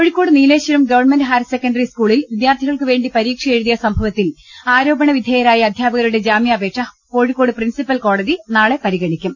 കോഴിക്കോട്ട് Nileshwaram government higher secondary സ്കൂളിൽ വിദ്യാർത്ഥികൾക്ക് വേണ്ടി പരീക്ഷ എഴു തിയ ് ആരോ പണ വിധേയരായ അധ്യാപകരുടെ ജാമ്യാ പേക്ഷ കോഴിക്കോട് പ്രിൻസിപ്പൽ കോടതി നാളെ പരിഗണിക്കും